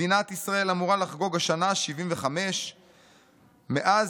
מדינת ישראל אמורה לחגוג השנה 75. מאז